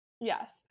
Yes